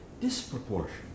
disproportion